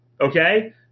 okay